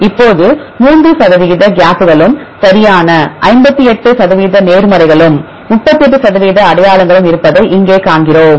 இப்போது 3 சதவிகித கேப்களும் சரியான 58 சதவிகித நேர்மறைகளும் 38 சதவிகித அடையாளங்களும் இருப்பதை இங்கே காண்கிறோம்